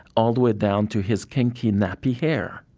all the way down to his kinky, nappy hair.